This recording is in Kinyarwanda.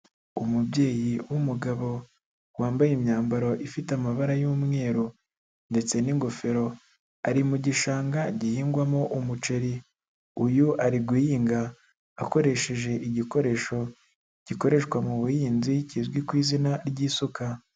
Umubyeyi w'umugabo wambaye imyambaro ifite amabara y'umweru ndetse n'ingofero, ari mu gishanga gihingwamo umuceri, uyu ari guhinga akoresheje igikoresho, gikoreshwa mu buhinzi kizwi ku izina ry'isuka.